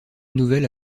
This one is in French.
nouvelle